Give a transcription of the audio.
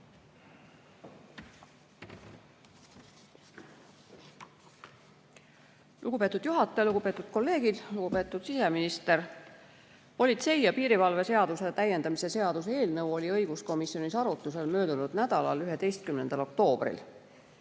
Lugupeetud juhataja! Lugupeetud kolleegid! Lugupeetud siseminister! Politsei ja piirivalve seaduse täiendamise seaduse eelnõu oli õiguskomisjonis arutlusel möödunud nädalal, 11. oktoobril.